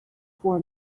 for